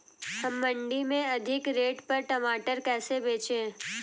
हम मंडी में अधिक रेट पर टमाटर कैसे बेचें?